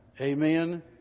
Amen